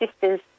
sisters